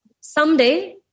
someday